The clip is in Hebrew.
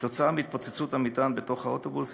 כתוצאה מהתפוצצות המטען בתוך האוטובוס,